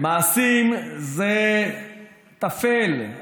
מעשים זה תפל,